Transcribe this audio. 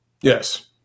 Yes